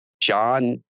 John